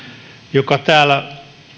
joka täällä